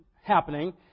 happening